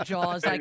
Jaws